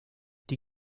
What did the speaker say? die